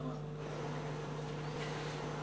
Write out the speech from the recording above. סליחה,